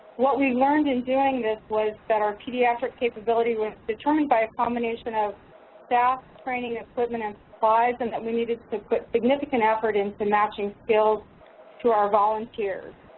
what we learned in doing this was that our pediatric capability was determined by a combination of staff, training equipment and supplies and that we needed to put significant effort into matching skills to our volunteers.